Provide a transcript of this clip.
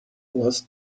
was